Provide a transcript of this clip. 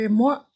more